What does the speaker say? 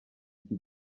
iki